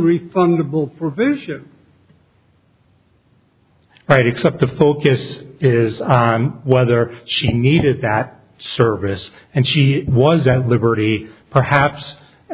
refundable provision right except the focus is on whether she needed that service and she was at liberty perhaps